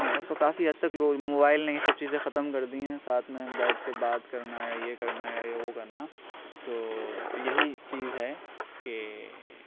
اب تو کافی حد تک لوگ موبائل نے یہ سب چیزیں ختم کردی ہیں ساتھ میں بیٹھ کے بات کرنا یہ کرنا یا وہ کرنا تو یہی چیز ہے کہ